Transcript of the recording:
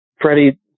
Freddie